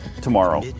tomorrow